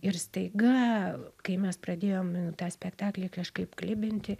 ir staiga kai mes pradėjom tą spektaklį kažkaip klibinti